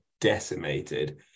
decimated